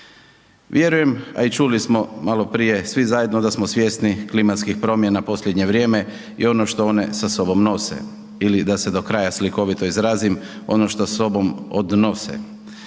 Vjerujem a i čuli smo maloprije svi zajedno da smo svjesni klimatskih promjena posljednje vrijeme i ono što one sa sobom nose ili da se do kraja slikovito izrazim, ono šta sobom odnose.